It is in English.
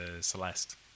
Celeste